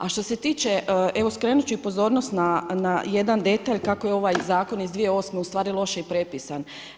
A što se tiče evo skrenut ću i na pozornost na jedan detalj kak je ovaj zakon iz 2008. ustvari loše i prepisan.